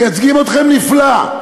מייצגים אתכם נפלא.